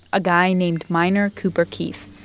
a guy named minor cooper keith,